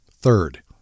Third